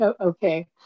Okay